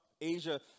Asia